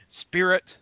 spirit